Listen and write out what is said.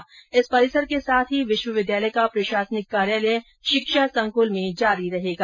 इस शैक्षणिक परिसर के साथ ही विश्वविद्यालय का प्रशासनिक कार्यालय शिक्षा संकुल में जारी रहेगा